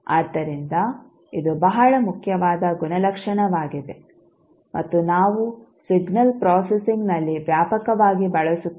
ಆದ್ದರಿಂದ ಇದು ಬಹಳ ಮುಖ್ಯವಾದ ಗುಣಲಕ್ಷಣವಾಗಿದೆ ಮತ್ತು ನಾವು ಸಿಗ್ನಲ್ ಪ್ರೊಸೆಸಿಂಗ್ನಲ್ಲಿ ವ್ಯಾಪಕವಾಗಿ ಬಳಸುತ್ತೇವೆ